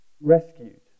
rescued